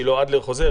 שילה אדלר חוזר?